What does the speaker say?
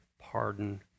pardon